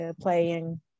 playing